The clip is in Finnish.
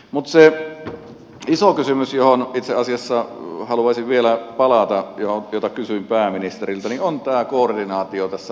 mutta se iso kysymys johon itse asiassa haluaisin vielä palata jota kysyin pääministeriltä on tämä koordinaatio tässä maassa